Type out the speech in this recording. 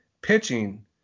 pitching